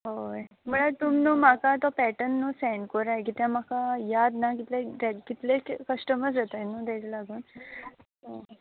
हय म्हणल्यार तुमी न्हय म्हाका तो पॅटन न्हय सँड कोराय कित्याक म्हाका याद ना कितले गे कितले के कश्टमज येताय न्हय ताका लागून